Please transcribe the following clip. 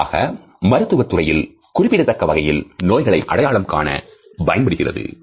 உதாரணமாக மருத்துவத்துறையில் குறிப்பிடத்தக்க வகையில் நோய்களை அடையாளம் காண பயன்படுத்தப்படுகின்றன